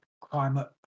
climate